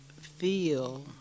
feel